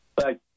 Thank